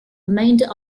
remainder